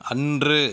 அன்று